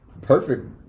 perfect